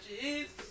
Jesus